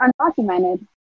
undocumented